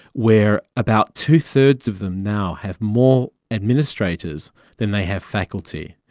where about two-thirds of them now have more administrators than they have faculty.